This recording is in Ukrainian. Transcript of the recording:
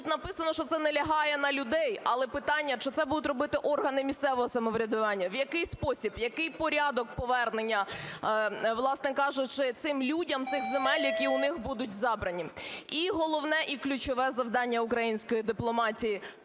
Тут написано, що це не лягає на людей. Але питання, чи це будуть робити органи місцевого самоврядування, в який спосіб, який порядок повернення, власне кажучи, цим людям цих земель, які у них будуть забрані? І головне, і ключове завдання української дипломатії